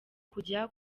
kujya